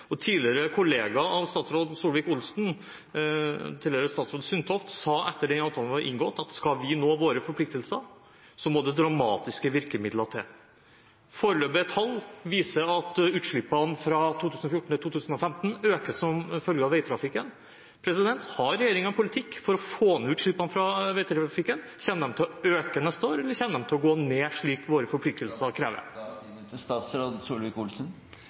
og tidligere kollega av statsråd Solvik-Olsen, tidligere statsråd Tine Sundtoft, sa etter at den avtalen var inngått, at om vi skal nå våre forpliktelser, må det dramatiske virkemidler til. Foreløpige tall viser at utslippene økte fra 2014 til 2015 som følge av veitrafikken. Har regjeringen en politikk for å få ned utslippene fra veitrafikken? Kommer de til å øke neste år, eller kommer de til å gå ned, slik våre forpliktelser krever?